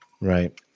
Right